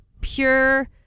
pure